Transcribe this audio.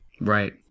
Right